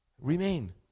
remain